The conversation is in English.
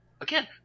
Again